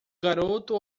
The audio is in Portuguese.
garoto